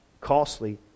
costly